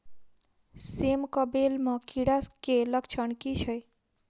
सेम कऽ बेल म कीड़ा केँ लक्षण की छै?